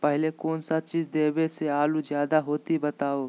पहले कौन सा चीज देबे से आलू ज्यादा होती बताऊं?